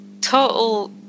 total